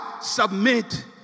submit